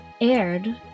aired